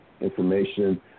information